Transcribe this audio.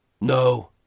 no